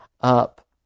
up